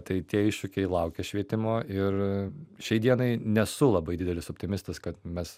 tai tie iššūkiai laukia švietimo ir šiai dienai nesu labai didelis optimistas kad mes